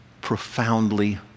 profoundly